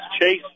Chase